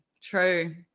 True